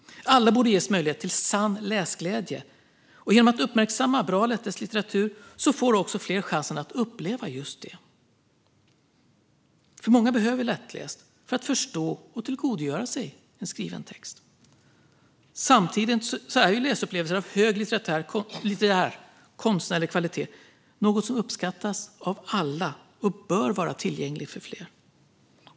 Alla borde ges möjlighet till sann läsglädje. Och genom att uppmärksamma bra lättläst litteratur får också fler chansen att uppleva det. Många behöver lättläst för att förstå och tillgodogöra sig en skriven text. Samtidigt är läsupplevelser av hög litterär, konstnärlig kvalitet något som uppskattas av alla och bör vara tillgängligt för fler.